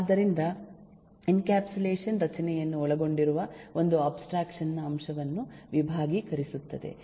ಆದ್ದರಿಂದ ಎನ್ಕ್ಯಾಪ್ಸುಲೇಷನ್ ರಚನೆಯನ್ನು ಒಳಗೊಂಡಿರುವ ಒಂದು ಅಬ್ಸ್ಟ್ರಾಕ್ಷನ್ ನ ಅಂಶವನ್ನು ವಿಭಾಗೀಕರಿಸುತ್ತದೆ